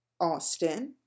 Austin